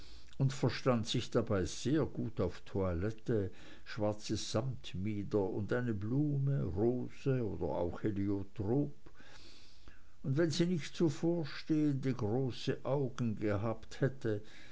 und verstand sich dabei sehr gut auf toilette schwarzes sammetmieder und eine blume rose oder auch heliotrop und wenn sie nicht so vorstehende große augen gehabt hätte